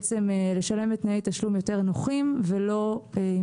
ולשלם תנאי תשלומים יותר נוחים ולא עם